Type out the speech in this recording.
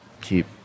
keep